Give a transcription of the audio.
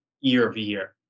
year-over-year